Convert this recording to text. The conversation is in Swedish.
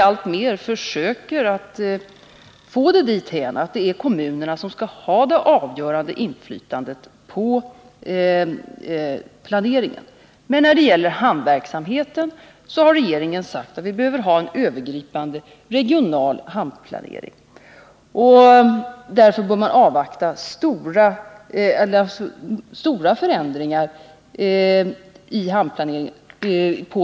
Alltmer försöker vi att få det dithän, att det är kommunerna som skall ha det avgörande inflytandet på planeringen. Men när det gäller hamnverksamheten har man från regeringens sida sagt att vi behöver en övergripande regional hamnplanering. Därför bör man vänta med stora förändringar i hamnarna.